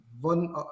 one